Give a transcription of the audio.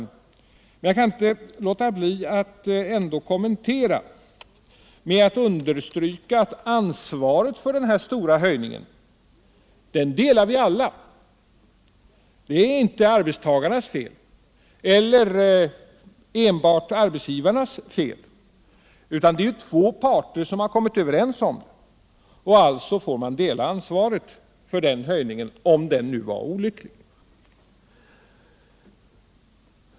Men jag kan inte låta bli att ändå som en kommentar understryka att ansvaret för denna stora höjning delas av alla. Det är inte enbart arbetstagarnas fel eller enbart arbetsgivarnas fel, utan det är två parter som har kommit överens och alltså får dela ansvaret.